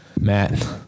Matt